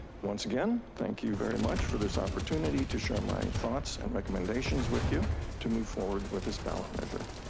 once again, thank you very much for this opportunity to share my thoughts and recommendations with you to move forward with this ballot measure.